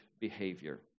behavior